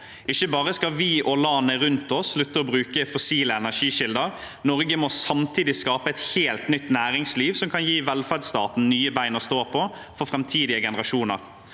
Ikke bare skal vi og landene rundt oss slutte å bruke fossile energikilder. Norge må samtidig skape et helt nytt næringsliv som kan gi velferdsstaten nye bein å stå på for framtidige generasjoner.